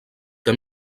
que